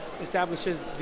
establishes